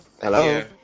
Hello